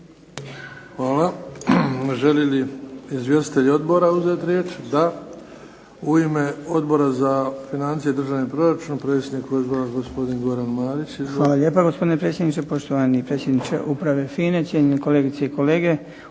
Hvala. Žele li izvjestitelji odbora uzeti riječ? Da. U ime Odbora za financije i državni proračun, predsjednik Odbora gospodin Goran Marić. Izvolite. **Marić, Goran (HDZ)** Hvala lijepa gospodine predsjedniče, poštovani predsjedniče Uprave FINA-e, cijenjeni kolegice i kolege.